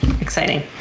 Exciting